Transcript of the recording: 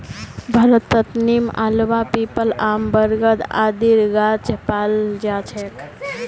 भारतत नीम, आंवला, पीपल, आम, बरगद आदिर गाछ पाल जा छेक